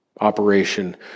operation